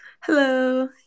Hello